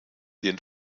den